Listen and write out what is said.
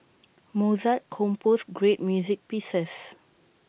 Mozart composed great music pieces